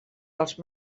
dels